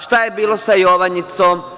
Šta je bilo sa Jovanjicom?